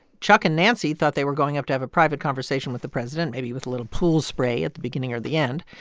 chuck and nancy thought they were going up to have a private conversation with the president, maybe with a little pool spray at the beginning or the end.